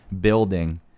building